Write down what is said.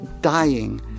dying